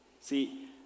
see